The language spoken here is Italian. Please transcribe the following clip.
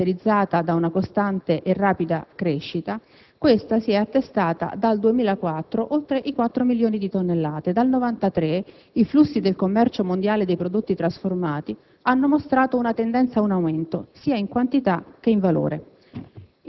da una prima fase di riduzione della produzione ad una seconda caratterizzata da una costante e rapida crescita, attestatasi dal 2004 oltre i 4 milioni di tonnellate. Dal 1993, i flussi del commercio mondiale dei prodotti trasformati